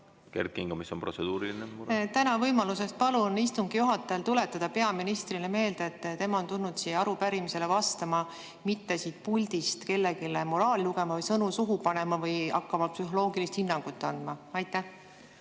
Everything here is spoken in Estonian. hinnangut andma. Tänan võimaluse eest! Palun istungi juhatajal tuletada peaministrile meelde, et tema on tulnud siia arupärimisele vastama, mitte siit puldist kellelegi moraali lugema või sõnu suhu panema või hakkama psühholoogilist hinnangut andma. Kõik